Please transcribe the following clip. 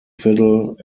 fiddle